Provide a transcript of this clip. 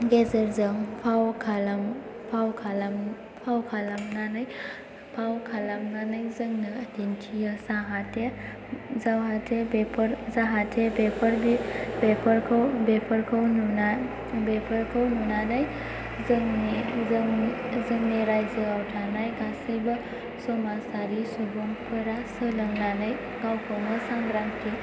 गेजेरजों फाव खालामनानै जोंनो दिन्थियो जाहाथे बेफोर जाहाथे बेफोरखौ नुनानै जोंनि रायजोआव थानाय गासैबो समाजारि सुबुंफोरा सोलोंनानै गावखौनो सांग्रांथि